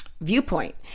Viewpoint